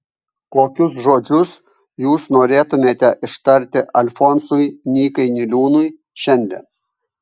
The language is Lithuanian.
kokius žodžius jūs norėtumėte ištarti alfonsui nykai niliūnui šiandien